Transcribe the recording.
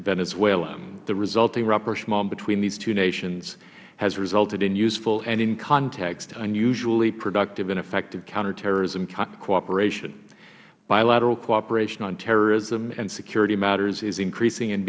venezuela the resulting rapportment between these two nations has resulted in useful and in context unusually productive and effective counterterrorism cooperation bilateral cooperation on terrorism and security matters is increasing